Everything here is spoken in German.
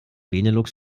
benelux